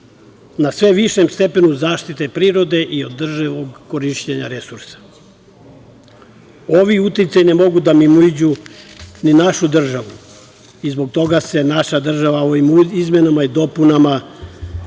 na sve višem stepenu zaštite prirode i održivog korišćenja resursa. Ovi uticaji ne mogu da mimoiđu ni našu državu i zbog toga se naša država ovim izmenama i dopunama